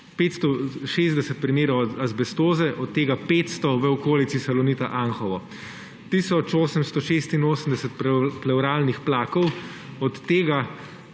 560 primerov azbestoze, od tega 500 v okolici Salonita Anhovo, tisoč 886 plevralnih plakov, od tega